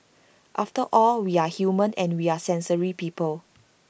after all we are human and we are sensory people